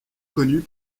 connue